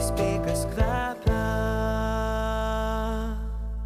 speigas kvepia